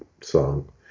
song